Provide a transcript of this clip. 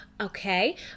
Okay